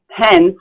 Hence